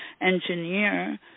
engineer